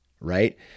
right